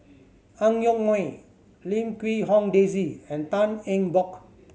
Ang Yoke Mooi Lim Quee Hong Daisy and Tan Eng Bock